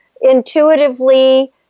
intuitively